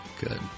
Good